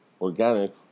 organic